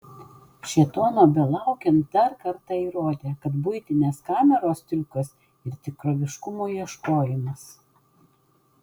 šėtono belaukiant dar kartą įrodė kad buitinės kameros triukas ir tikroviškumo ieškojimas